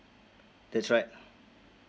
that's right